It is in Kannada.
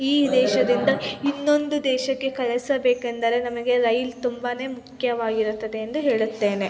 ಈ ದೇಶದಿಂದ ಇನ್ನೊಂದು ದೇಶಕ್ಕೆ ಕಳಿಸಬೇಕೆಂದರೆ ನಮಗೆ ರೈಲು ತುಂಬಾ ಮುಖ್ಯವಾಗಿರುತ್ತದೆ ಎಂದು ಹೇಳುತ್ತೇನೆ